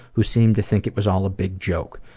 who seemed to think it was all a big joke,